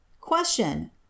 Question